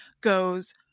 goes